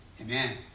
Amen